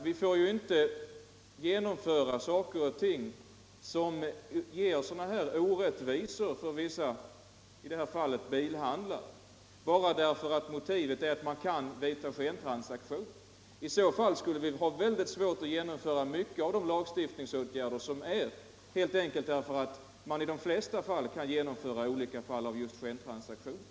Vi skall ju inte införa bestämmelser som åstadkommer orättvisor för vissa kategorier, i det här fallet för bilhandlare, bara med den motiveringen, att det annars kan bli fråga om skentransaktioner. Då skulle vi få mycket svårt att genomföra många av våra lagstiftningsåtgärder, helt enkelt därför att det ofta går ganska lätt att genomföra olika slag av just skentransaktioner.